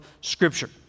Scripture